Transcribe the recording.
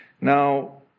Now